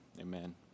Amen